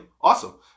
awesome